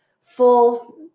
full